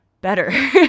better